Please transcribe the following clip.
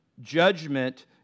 judgment